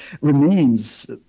remains